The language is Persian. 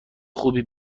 خوبی